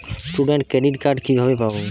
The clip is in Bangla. স্টুডেন্ট ক্রেডিট কার্ড কিভাবে পাব?